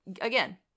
again